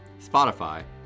Spotify